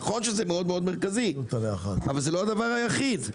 נכון שזה מאוד מאוד מרכזי, אבל זה לא הדבר היחיד.